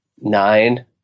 nine